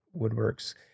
Woodworks